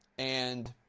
and